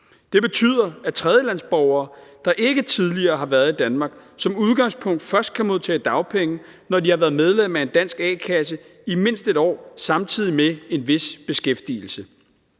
Det betyder, at tredjelandsborgere, der ikke tidligere har været i Danmark, som udgangspunkt først kan modtage dagpenge, når de har været medlem af en dansk a-kasse i mindst 1 år samtidig med en vis beskæftigelse.